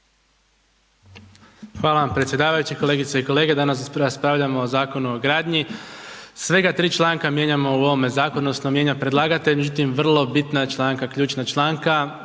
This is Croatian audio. Hvala vam predsjedavajući. Kolegice i kolege, danas raspravljamo o Zakonu o gradnji, svega tri članka mijenjamo u ovome zakonu odnosno mijenja predlagatelj. Međutim, vrlo bitna članka, ključna članka,